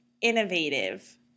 innovative